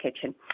Kitchen